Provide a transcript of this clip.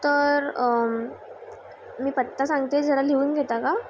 तर मी पत्ता सांगते जरा लिहून घेता का